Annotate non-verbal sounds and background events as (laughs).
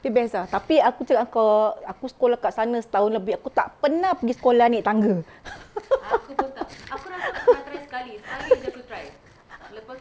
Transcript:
tapi best ah tapi aku cakap engkau aku sekolah kat sana setahun lebih aku tak pernah pergi sekolah naik tangga (laughs)